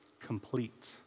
complete